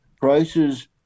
prices